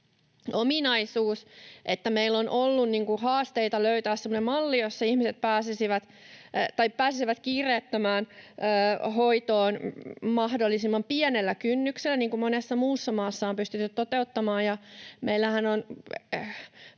että meillä on ollut haasteita löytää semmoinen malli, jossa ihmiset pääsisivät kiireettömään hoitoon mahdollisimman pienellä kynnyksellä, niin kuin monessa muussa maassa on pystytty toteuttamaan.